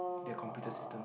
their computer system